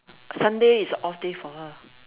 Sunday is off day for her